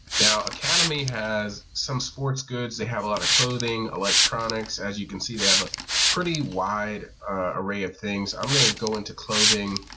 now academy has some sports goods, they have a lot of clothing, electronics as you can see they have a pretty wide array of things. i'm going to go into clothing,